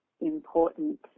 important